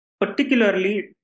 particularly